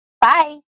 bye